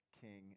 King